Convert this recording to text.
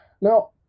Now